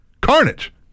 Carnage